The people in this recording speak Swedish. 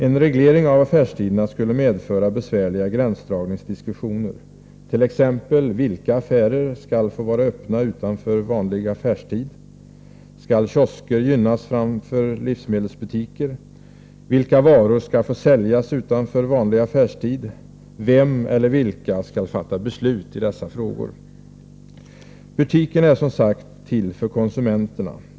En reglering av affärstiderna skulle medföra besvärliga gränsdragningsdiskussioner, t.ex. om vilka affärer som skall få vara öppna utanför vanlig affärstid? Skall kiosker gynnas framför livsmedelsbutiker? Vilka varor skall få säljas utanför vanlig affärstid? Vem eller vilka skall fatta beslut i dessa frågor? Butikerna är, som sagt, till för konsumenterna.